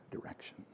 direction